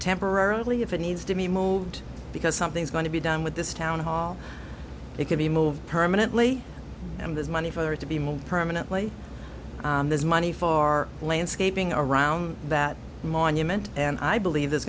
temporarily if it needs to be moved because something is going to be done with this town hall it could be moved permanently and there's money for it to be moved permanently there's money for our landscaping around that monument and i believe th